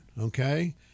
okay